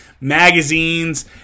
magazines